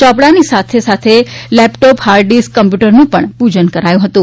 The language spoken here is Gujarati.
ચોપડાની સાથે સાથે લેપટોપ હાર્ડડિસ્ક કમ્પ્યુટરનું પણ પૂજન કરાયું હતું